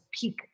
peak